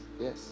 yes